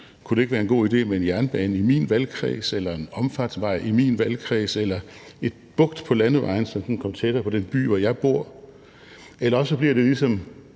Kunne det ikke være en god idé med en jernbane i min valgkreds eller en omfartsvej i min valgkreds eller en bugt på landevejen, så den kom tættere på den by, hvor jeg bor? Eller også bliver det ligesom